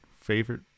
favorite